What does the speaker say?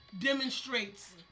demonstrates